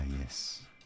yes